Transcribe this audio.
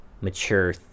mature